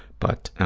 but